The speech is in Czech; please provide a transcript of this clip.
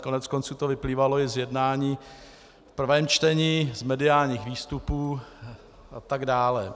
Koneckonců to vyplývalo i z jednání v prvém čtení, z mediálních výstupů atd.